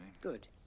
Good